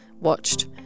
watched